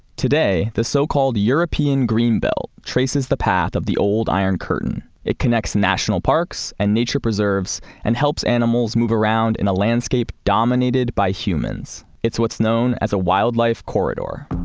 today, the so-called european greenbelt traces the path of the old iron curtain. it connects national parks, and nature preserves, and helps animals move around in a landscape dominated by humans. it's what's known as a wildlife corridor.